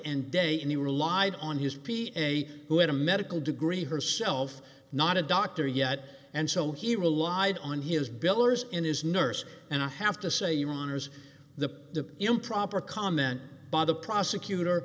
and day and he relied on his p a who had a medical degree herself not a doctor yet and so he relied on his billers in his nurse and i have to say your honour's the improper comment by the prosecutor